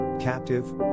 captive